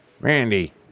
Randy